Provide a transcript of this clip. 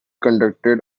conducted